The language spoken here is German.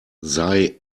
sei